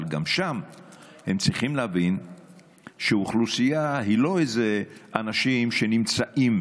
אבל גם שם הם צריכים להבין שאוכלוסייה היא לא איזה אנשים שנמצאים